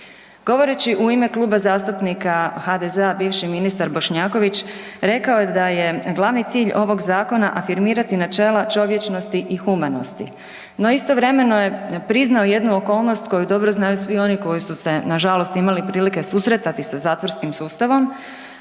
Govoreći u ime Kluba zastupnika HDZ-a bivši ministar Bošnjaković rekao je da je glavni cilj ovog zakona afirmirati načela čovječnosti i humanosti. No, istovremeno je priznao jednu okolnost koju dobro znaju svi oni koji su se nažalost imali prilike susretati sa zatvorskim sustavom,